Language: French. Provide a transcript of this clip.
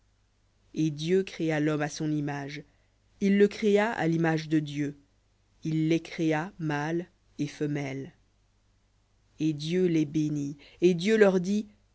et dieu créa l'homme à son image il le créa à l'image de dieu il les créa mâle et femelle v lhomme et dieu les bénit et dieu leur dit